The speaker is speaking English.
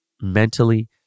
mentally